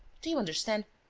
do you understand,